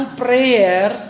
prayer